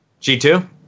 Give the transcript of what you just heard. G2